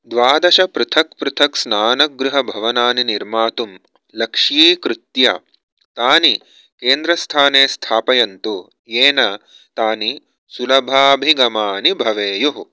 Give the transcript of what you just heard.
द्वादश पृथक् पृथक् स्नानगृहभवनानि निर्मातुं लक्ष्यीकृत्य तानि केन्द्रस्थाने स्थापयन्तु येन तानि सुलभाभिगमानि भवेयुः